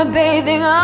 bathing